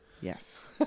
Yes